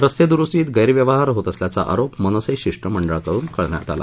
रस्तेद्रुस्तीत गैरव्यवहार होत असल्याचा आरोप मनसे शिष्टमंडळाकडून करण्यात आला